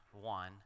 one